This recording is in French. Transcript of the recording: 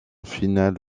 finale